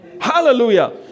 Hallelujah